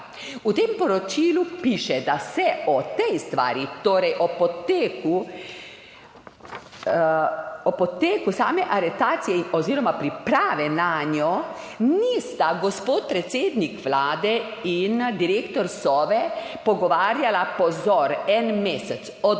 V tem poročilu piše, da se o tej stvari, torej o poteku same aretacije oziroma priprave nanjo nista gospod predsednik Vlade in direktor SOVE pogovarjala, pozor, en mesec,